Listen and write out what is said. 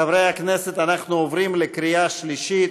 חברי הכנסת, אנחנו עוברים לקריאה שלישית.